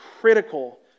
critical